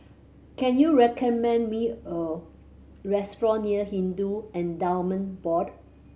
can you recommend me a restaurant near Hindu Endowment Board